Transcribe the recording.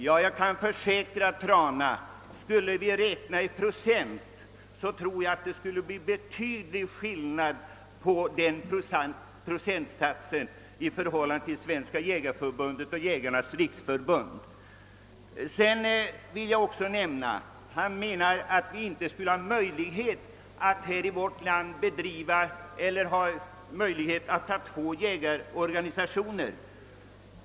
Men jag kan försäkra herr Trana att om vi räknar i procent på respektive medlemsantal blir det en betydande skillnad i procentsatserna mellan Svenska jägareförbundet och Jägarnas riksförbund. Herr Trana menade att det i vårt land inte skulle vara möjligt att ha två jägarorganisationer.